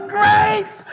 grace